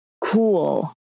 cool